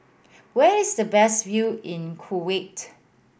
where is the best view in Kuwait